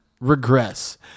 Regress